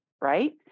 right